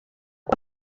kwa